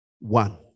One